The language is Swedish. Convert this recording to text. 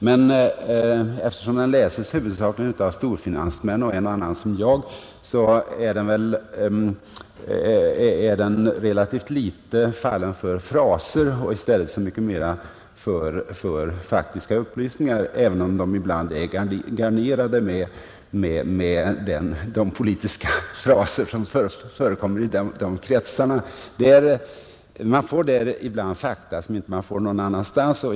Men eftersom den läses huvudsakligen av storfinansmän och en och annan som jag, är den relativt litet fallen för fraser och så mycket mera för faktiska upplysningar, även om de ibland är garnerade med de politiska fraser som förekommer i de kretsarna. Man får där ibland fakta som man inte får någon annanstans.